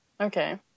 Okay